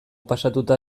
pasatuta